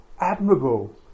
Admirable